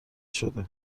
شده